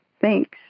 Thanks